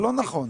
לא נכון.